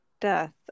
death